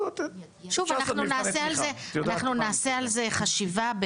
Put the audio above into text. אנחנו נעשה על זה חשיבה,